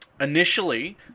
initially